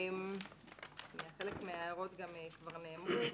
חלק מההערות כבר נאמרו.